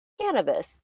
cannabis